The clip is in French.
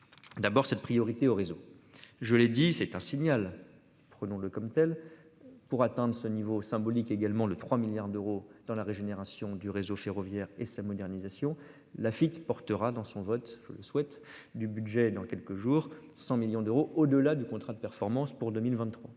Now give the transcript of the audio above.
D'abord cette priorité au réseau. Je l'ai dit, c'est un signal. Prenons-le comme tel. Pour atteindre ce niveau symbolique également le 3 milliards d'euros dans la régénération du réseau ferroviaire et sa modernisation. La fille portera dans son vote souhaite du budget dans quelques jours, 100 millions d'euros. Au-delà du contrat de performance pour 2023